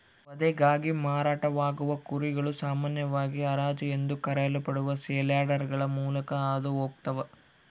ವಧೆಗಾಗಿ ಮಾರಾಟವಾಗುವ ಕುರಿಗಳು ಸಾಮಾನ್ಯವಾಗಿ ಹರಾಜು ಎಂದು ಕರೆಯಲ್ಪಡುವ ಸೇಲ್ಯಾರ್ಡ್ಗಳ ಮೂಲಕ ಹಾದು ಹೋಗ್ತವ